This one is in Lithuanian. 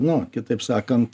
nu kitaip sakant